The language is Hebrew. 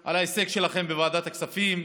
על ההישג שלכם בוועדת הכספים.